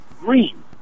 green